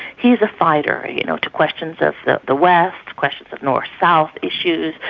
he is a fighter, you know, to questions of the the west, questions of north-south issues,